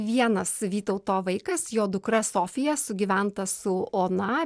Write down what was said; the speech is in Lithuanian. vienas vytauto vaikas jo dukra sofija sugyventa su ona